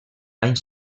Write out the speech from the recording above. dany